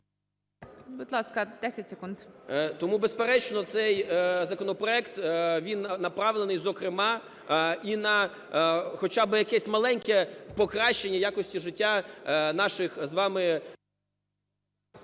Будь ласка, 30 секунд.